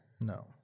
No